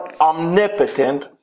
omnipotent